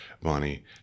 Bonnie